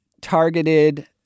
targeted